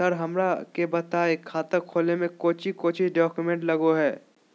Sir हमरा के बताएं खाता खोले में कोच्चि कोच्चि डॉक्यूमेंट लगो है?